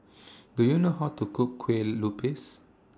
Do YOU know How to Cook Kue Lupis